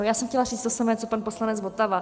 Já jsem chtěla říct to samé co pan poslanec Votava.